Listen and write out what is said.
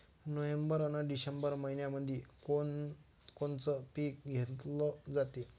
November अन December मइन्यामंधी कोण कोनचं पीक घेतलं जाते?